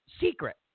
secret